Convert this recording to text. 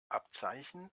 abzeichen